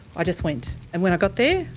i just went and when i got there.